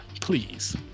please